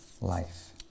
life